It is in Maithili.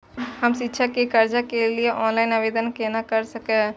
हम शिक्षा के कर्जा के लिय ऑनलाइन आवेदन केना कर सकल छियै?